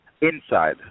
inside